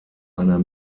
einer